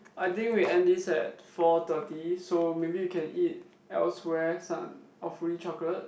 I think we end this at four thirty so maybe we can eat elsewhere sun~ awfully chocolate